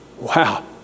Wow